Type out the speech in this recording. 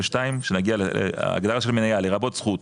ב-2 כשנגיע להגדרה של מנייה לרבות זכות,